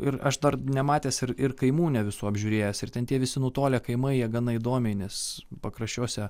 ir aš dar nematęs ir ir kaimų ne visų apžiūrėjęs ir ten tie visi nutolę kaimai jie gana įdomiai nes pakraščiuose